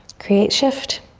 create shift,